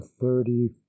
Thirty